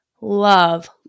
love